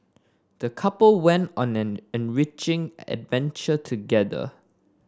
the couple went on an enriching adventure together